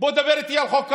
דברו איתי על חוק קמיניץ.